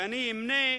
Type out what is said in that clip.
ואני אמנה,